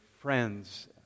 friends